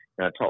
top